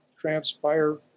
transpire